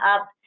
up